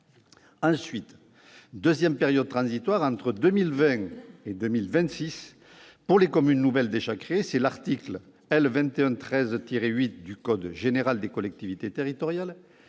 de la deuxième période transitoire, entre 2020 et 2026, pour les communes nouvelles déjà créées, s'appliquera l'article L. 2113-8 du code général des collectivités territoriales,